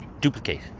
duplicate